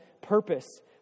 purpose